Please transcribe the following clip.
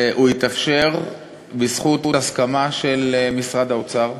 הוא התאפשר בזכות הסכמה של משרד האוצר,